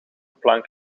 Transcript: plank